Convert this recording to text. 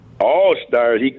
All-Stars